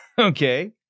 Okay